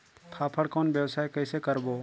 फाफण कौन व्यवसाय कइसे करबो?